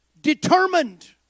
determined